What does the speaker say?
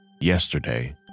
yesterday